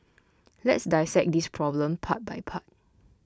let's dissect this problem part by part